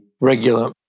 regular